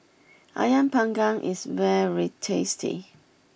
Ayam Panggang is very tasty